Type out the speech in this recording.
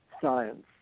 science